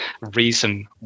reason